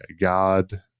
God